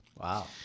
wow